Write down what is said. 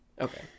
Okay